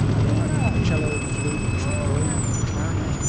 horn, cello, flute, trombone, clarinet,